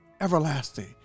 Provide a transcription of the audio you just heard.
everlasting